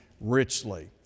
richly